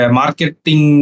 marketing